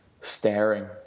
staring